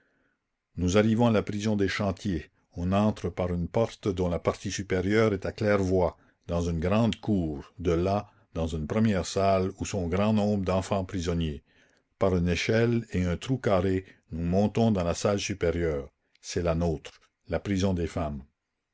nous arrivons à la prison des chantiers on entre par une porte dont la partie supérieure est à claire-voie dans une grande cour de là dans une première salle où sont grand nombre d'enfants prisonniers par une échelle et un trou carré nous montons dans la salle supérieure c'est la nôtre la prison des femmes